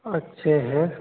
अच्छे हैं